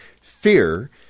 fear